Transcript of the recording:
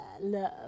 Love